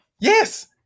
Yes